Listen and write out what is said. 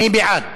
מי בעד?